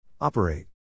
Operate